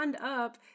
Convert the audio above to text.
up